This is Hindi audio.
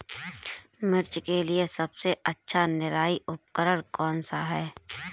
मिर्च के लिए सबसे अच्छा निराई उपकरण कौनसा है?